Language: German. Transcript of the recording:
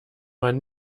man